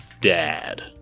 dad